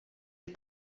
est